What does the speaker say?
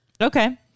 Okay